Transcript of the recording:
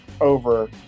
over